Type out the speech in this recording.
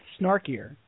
snarkier